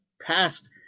past